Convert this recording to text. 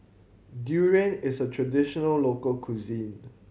Durian is a traditional local cuisine